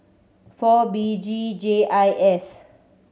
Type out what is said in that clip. four B G J I S